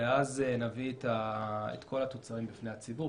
ואז נביא את כל התוצרים בפני הציבור,